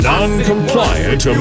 Non-Compliant